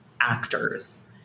actors